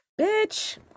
Bitch